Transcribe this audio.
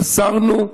אז אסרנו.